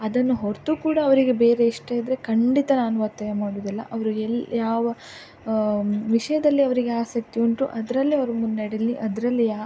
ಅದನ್ನು ಹೊರತು ಕೂಡ ಅವರಿಗೆ ಬೇರೆ ಇಷ್ಟವಿದ್ರೆ ಖಂಡಿತ ನಾನು ಒತ್ತಾಯ ಮಾಡುವುದಿಲ್ಲ ಅವ್ರು ಎಲ್ಲಿ ಯಾವ ವಿಷಯದಲ್ಲಿ ಅವರಿಗೆ ಆಸಕ್ತಿ ಉಂಟು ಅದರಲ್ಲಿ ಅವ್ರು ಮುನ್ನಡೆಯಲಿ ಅದರಲ್ಲಿಯ